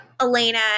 Elena